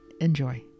Enjoy